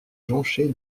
jonchée